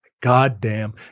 Goddamn